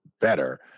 better